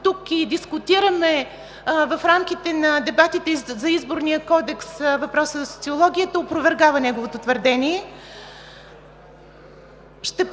тук и дискутираме в рамките на дебатите за Изборния кодекс въпроса за социологията, опровергава неговото твърдение.